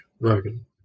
Rogan